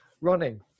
running